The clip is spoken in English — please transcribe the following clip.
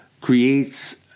creates